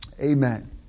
Amen